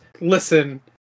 listen